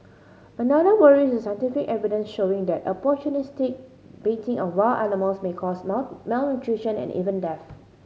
another worry is the scientific evidence showing that opportunistic baiting of wild animals may cause not malnutrition and even death